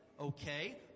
Okay